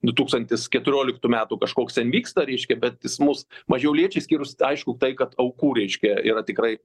du tūkstantis keturioliktų metų kažkoks ten vyksta reiškia bet jis mus mažiau liečia išskyrus aišku tai kad aukų reiškia yra tikrai